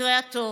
במקרה הטוב.